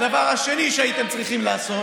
הדבר השני שהייתם צריכים לעשות,